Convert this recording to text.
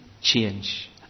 change